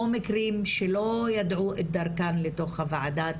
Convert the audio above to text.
או מקרים שלא ידעו את דרכם לתוך הוועדה,